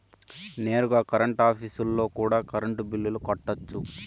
నేరుగా కరెంట్ ఆఫీస్లో కూడా కరెంటు బిల్లులు కట్టొచ్చు